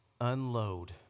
unload